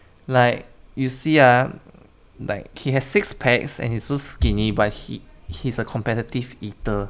like you see ah like he has six packs and he is so skinny but he he is a competitive eater